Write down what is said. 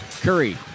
Curry